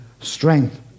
strength